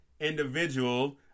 individual